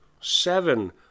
seven